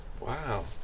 Wow